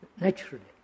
naturally